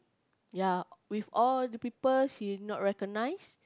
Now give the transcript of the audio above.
ya with all the people he not recognise